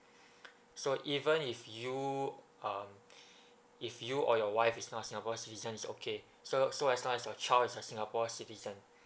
so even if you uh if you or your wife is not singapore citizen it's okay so so as long as your child is a singapore citizen